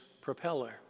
propeller